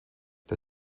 der